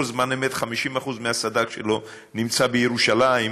זמן אמת 50% מהסד"כ שלו נמצא בירושלים,